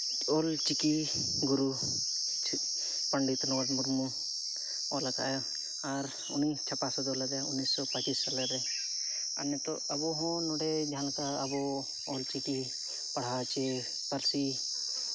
ᱚᱞᱪᱤᱠᱤ ᱜᱩᱨᱩ ᱯᱚᱱᱰᱤᱛ ᱨᱚᱜᱷᱩᱱᱟᱛᱷ ᱢᱩᱨᱢᱩ ᱚᱞᱟᱠᱟᱜᱼᱟᱭ ᱟᱨ ᱪᱷᱟᱯᱟ ᱥᱚᱫᱚᱨ ᱞᱮᱫᱟᱭ ᱩᱱᱤᱥᱥᱚ ᱯᱚᱸᱪᱤᱥ ᱥᱟᱞᱮᱨᱮ ᱟᱨ ᱱᱤᱛᱚᱜ ᱟᱵᱚ ᱦᱚᱸ ᱱᱚᱰᱮ ᱡᱟᱦᱟᱸ ᱞᱮᱠᱟ ᱟᱵᱚ ᱚᱞᱪᱤᱠᱤ ᱯᱟᱲᱦᱟᱣ ᱪᱮ ᱯᱟᱹᱨᱥᱤ